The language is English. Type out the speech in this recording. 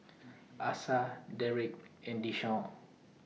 Asa Derrek and Deshaun